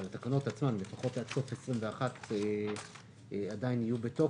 אבל התקנות עצמן לפחות עד סוף שנת 2021 עדיין יהיו בתוקף,